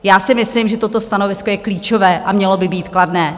Já si myslím, že toto stanovisko je klíčové, a mělo by být kladné.